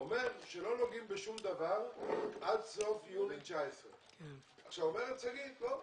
- אומר שלא נוגעים בשום דבר עד סוף יוני 2019. אומרת שגית - לא,